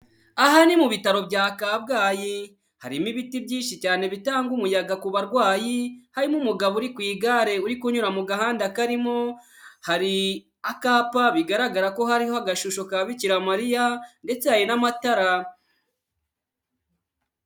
Aha ni mu bitaro bya Kabgayi, harimo ibiti byinshi cyane bitanga umuyaga ku barwayi, harimo umugabo uri ku igare uri kunyura mu gahanda karimo, hari akapa bigaragara ko hariho agashusho ka Bikira Mariya ndetse hari n'amatara.